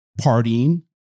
partying